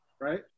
right